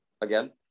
Again